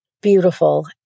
beautiful